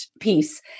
piece